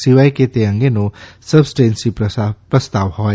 સિવાય કે તે અંગેનો સબસ્ટેન્સી પ્રસ્તાવ હોય